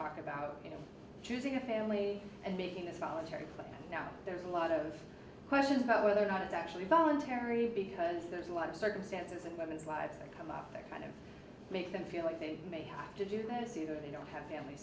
talk about you know choosing a family and making a solitary now there's a lot of questions about whether or not it's actually voluntary because there's a lot of circumstances and women's lives i come up to kind of make them feel like they may have to do this either they don't have family